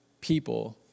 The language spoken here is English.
people